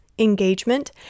engagement